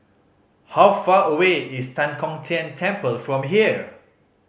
how far away is Tan Kong Tian Temple from here